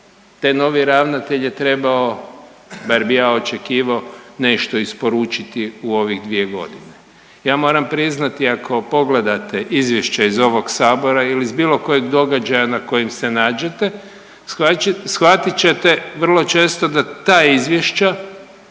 Taj novi ravnatelj je trebao bar bi ja očekivao nešto isporučiti u ovih dvije godine. Ja moram priznati ako pogledate izvješće iz ovog Sabora ili iz bilo kojeg događaja na kojem se nađete shvatit ćete vrlo često da ta izvješća